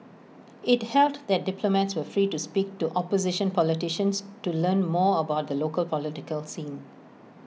IT held that diplomats were free to speak to opposition politicians to learn more about the local political scene